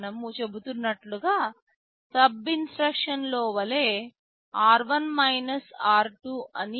మనము చెబుతున్నట్లుగా SUB instruction లో వలె r1 r2 అని